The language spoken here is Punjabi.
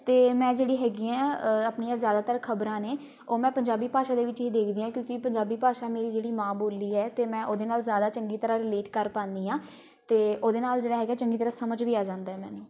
ਅਤੇ ਮੈਂ ਜਿਹੜੀ ਹੈਗੀ ਆ ਆਪਣੀਆਂ ਜ਼ਿਆਦਾਤਰ ਖ਼ਬਰਾਂ ਨੇ ਉਹ ਮੈਂ ਪੰਜਾਬੀ ਭਾਸ਼ਾ ਦੇ ਵਿੱਚ ਹੀ ਦੇਖਦੀ ਹਾਂ ਕਿਉਂਕਿ ਪੰਜਾਬੀ ਭਾਸ਼ਾ ਮੇਰੀ ਜਿਹੜੀ ਮਾਂ ਬੋਲੀ ਹੈ ਅਤੇ ਮੈਂ ਉਹਦੇ ਨਾਲ ਜ਼ਿਆਦਾ ਚੰਗੀ ਤਰ੍ਹਾਂ ਰਿਲੇਟ ਕਰ ਪਾਉਂਦੀ ਹਾਂ ਅਤੇ ਉਹਦੇ ਨਾਲ ਜਿਹੜਾ ਹੈਗਾ ਚੰਗੀ ਤਰ੍ਹਾਂ ਸਮਝ ਵੀ ਆ ਜਾਂਦਾ ਮੈਨੂੰ